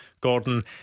Gordon